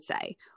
say